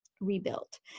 rebuilt